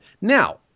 now